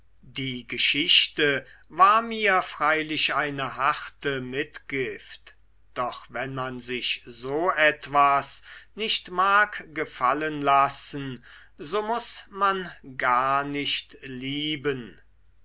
die geschichte war mir freilich eine harte mitgift doch wenn man sich so etwas nicht mag gefallen lassen so muß man gar nicht lieben